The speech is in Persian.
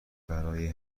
برای